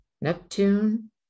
Neptune